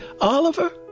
Oliver